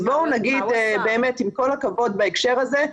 אז באמת עם כל הכבוד בהקשר הזה,